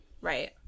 Right